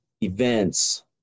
events